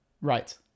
Right